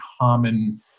common